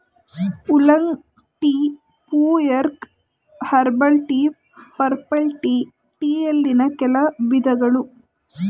oolong tea, pu erh, herbal tea, purple tea ಟೀಯಲ್ಲಿನ್ ಕೆಲ ವಿಧಗಳು